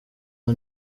one